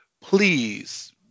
please